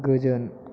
गोजोन